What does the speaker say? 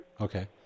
Okay